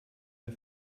der